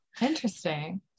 Interesting